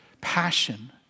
passion